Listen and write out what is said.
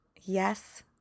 yes